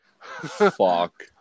fuck